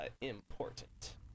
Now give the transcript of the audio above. important